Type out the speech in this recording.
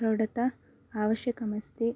प्रौढता आवश्यकमस्ति